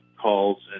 calls